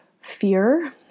fear